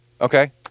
Okay